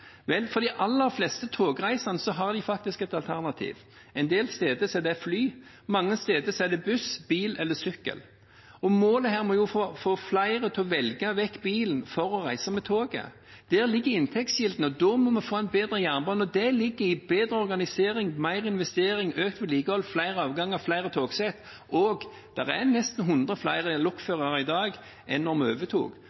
de aller fleste togreisende et alternativ. En del steder er det alternativet fly, mange steder er det buss, bil eller sykkel. Målet må jo være å få flere til å velge vekk bilen for å reise med toget. Der ligger inntektskildene. Da må vi få en bedre jernbane, og det får vi ved bedre organisering, mer investering, økt vedlikehold, flere avganger og flere togsett. Det er også nesten 100 flere